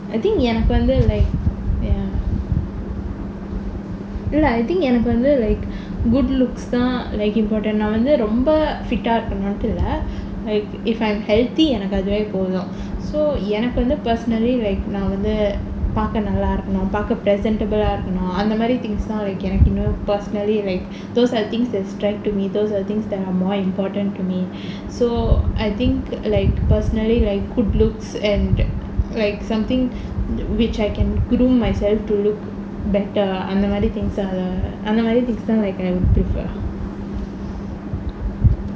I think எனக்கு வந்து இல்ல:enakku vanthu illa I think எனக்கு வந்து:enakku vanthu good looks தான்:thaan like important இப்ப நா வந்து ரொம்ப:ippa naa vanthu romba fit ah இருப்பேனு இல்ல:iruppaenu illa like if I am healthy எனக்கு அதுவே போதும்:enakku athuvae pothum so எனக்கு வந்து:enakku vanthu personally நா வந்து பாக்க நல்லா இருக்கனும் பாக்க:naa vanthu paakka nallaa irukkanum paakka presentable ah இருக்கனும் அந்த மாதிரி:irukkanum antha maathiri things தான் எனக்கு இன்னும்:thaan enakku innum personally like those are things that are strength to me those are things that are more important to me so I think like personally like good looks and like something which I can groom myself to look better அந்த மாதிரி:antha maathiri things uh அந்த மாதிரி:antha maathiri things like I prefer